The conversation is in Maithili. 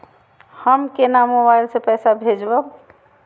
हम केना मोबाइल से पैसा भेजब?